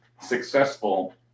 successful